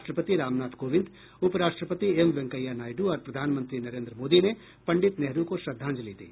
राष्ट्रपति रामनाथ कोविंद उप राष्ट्रपति एम वेंकैया नायडू और प्रधानमंत्री नरेंद्र मोदी ने पंडित नेहरू को श्रद्धांजलि दी